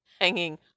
hanging